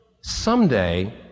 Someday